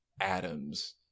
atoms